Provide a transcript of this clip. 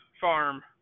farm